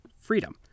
freedom